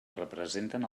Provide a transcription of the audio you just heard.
representen